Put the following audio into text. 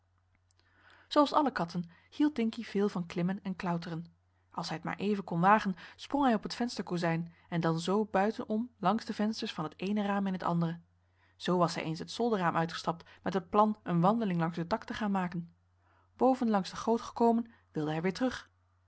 zooals alle katten hield dinkie veel van klimmen en klauteren als hij t maar even kon wagen sprong hij op t vensterkozijn en dan zoo buiten om langs de vensters van het eene raam in het andere zoo was hij eens het zolderraam uitgestapt met het plan een wandeling langs het dak te gaan maken boven langs de goot gekomen wilde hij weer terug